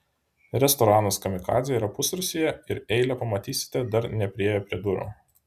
restoranas kamikadzė yra pusrūsyje ir eilę pamatysite dar nepriėję prie durų